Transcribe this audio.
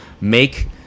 make